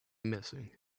missing